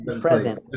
present